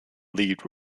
lead